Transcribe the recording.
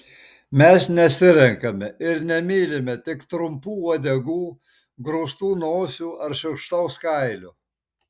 mes nesirenkame ir nemylime tik trumpų uodegų grūstų nosių ar šiurkštaus kailio